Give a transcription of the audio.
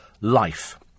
life